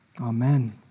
Amen